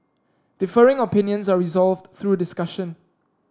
differing opinions are resolved through discussion